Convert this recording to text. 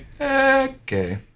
Okay